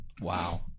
Wow